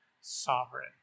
sovereign